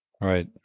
right